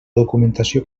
documentació